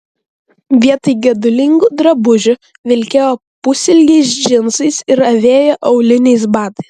vietoj gedulingų drabužių vilkėjo pusilgiais džinsais ir avėjo auliniais batais